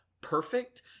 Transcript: perfect